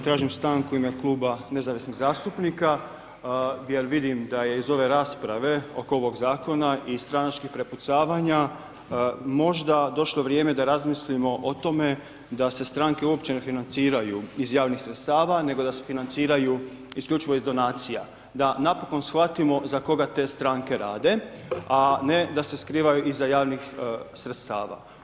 Tražim stanku u ime kluba nezavisnih zastupnika jer vidim da je iz ove rasprave oko ovog Zakona i stranačkih prepucavanja, možda došlo vrijeme da razmislimo o tome da se stranke uopće ne financiraju iz javnih sredstava, nego da se financiraju isključivo iz donacija, da napokon shvatimo za koga te stranke rade, a ne da se skrivaju iza javnih sredstava.